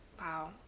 Wow